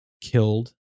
killed